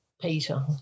Peter